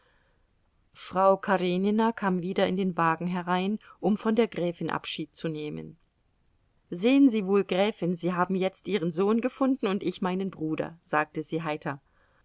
frau karenina kam wieder in den wagen herein um von der gräfin abschied zu nehmen sehen sie wohl gräfin sie haben jetzt ihren sohn gefunden und ich meinen bruder sagte sie heiter